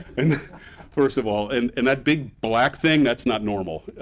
and first of all. and and that big black thing, that's not normal.